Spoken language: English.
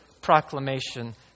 proclamation